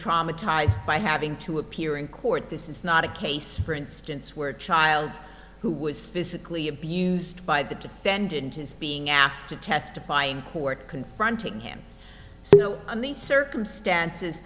traumatized by having to appear in court this is not a case for instance where a child who was physically abused by the defendant is being asked to testify in court confronting him so in these circumstances